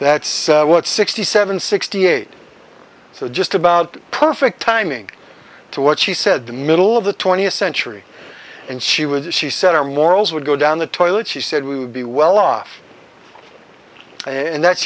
that's what sixty seven sixty eight so just about perfect timing to what she said the middle of the twentieth century and she would she said our morals would go down the toilet she said we would be well off and that's